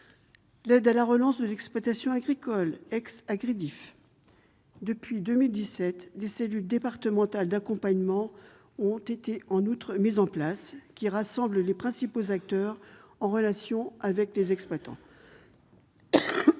l'aide à la relance de l'exploitation agricole, l'ex-Agridiff. Depuis 2017, des cellules départementales d'accompagnement ont en outre été mises en place pour rassembler les principaux acteurs, en relation avec les exploitants.